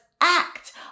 act